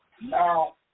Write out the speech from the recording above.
Now